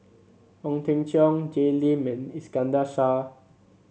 Ong Teng Cheong Jay Lim and Iskandar Shah